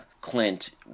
Clint